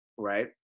Right